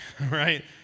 right